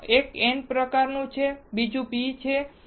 તો એક n type છે અને બીજું p ટાઇપ છે